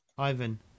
Ivan